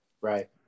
Right